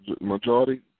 majority